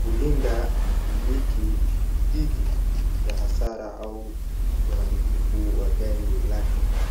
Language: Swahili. hulinda mumiliki dhidi ya hasara au uharibifu wa gari lake.